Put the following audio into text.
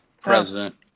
president